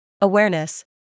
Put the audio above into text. Awareness